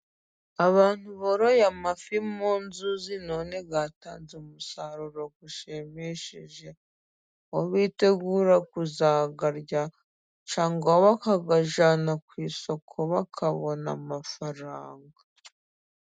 Abantu boroye amafi mu nzuzi none yatanze umusaruro ushimishije, aho bitegura kuzayarya cyangwa bakayajyana ku isoko bakabona amafaranga.